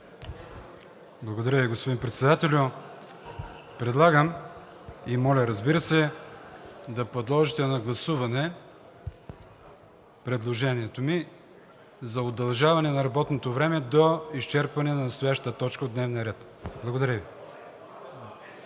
Благодаря Ви, господин Председателю! Предлагам и моля, разбира се, да подложите на гласуване предложението ми за удължаване на работното време до изчерпване на настоящата точка от дневния ред. Благодаря Ви.